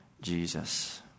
Jesus